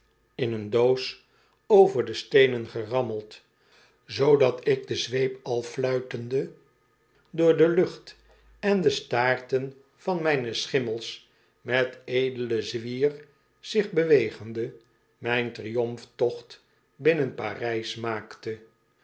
handel drijft doos over de steenen gerammeld totdat ik de zweep al fluitende door de lucht en de staarten van mijne schimmels met edelen zwier zich bewegende mijn triomftocht binnen parij s maakte